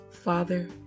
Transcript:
Father